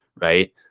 right